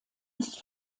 ist